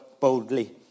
boldly